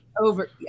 Over